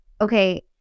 okay